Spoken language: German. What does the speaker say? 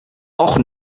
och